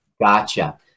Gotcha